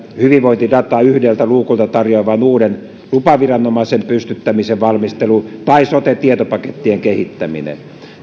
hyvinvointidataa yhdeltä luukulta tarjoavan uuden lupaviranomaisen pystyttämisen valmistelu tai sote tietopakettien kehittäminen